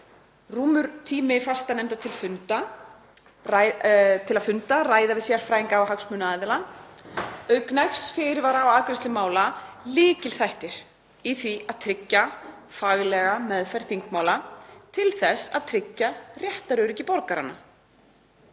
rúmur tími fastanefnda til að funda og ræða við sérfræðinga og hagsmunaaðila auk nægs fyrirvara á afgreiðslu mála, lykilþættir í því að tryggja faglega meðferð þingmála til þess að tryggja réttaröryggi borgaranna.